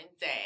day